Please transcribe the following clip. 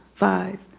five.